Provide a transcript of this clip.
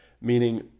Meaning